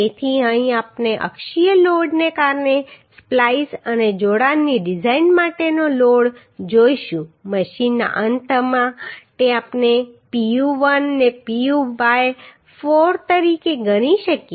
તેથી અહીં આપણે અક્ષીય લોડને કારણે સ્પ્લાઈસ અને જોડાણની ડીઝાઈન માટેનો લોડ જોઈશું મશીનના અંત માટે આપણે Pu1 ને Pu by 4 તરીકે ગણી શકીએ